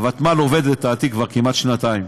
הוותמ"ל עובדת לדעתי כבר כמעט שנתיים,